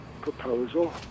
proposal